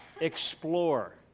explore